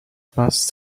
passed